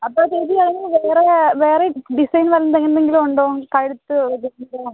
അപ്പൊ ചേച്ചി ഞാൻ വേറെ വേറെ ഡിസൈൻ വല്ല എന്തെങ്കിലും ഉണ്ടോ കഴുത്ത്